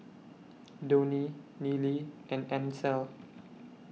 Donie Nealy and Ancel